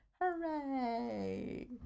Hooray